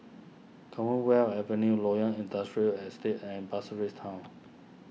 Commonwealth Avenue Loyang Industrial Estate and Pasir Ris Town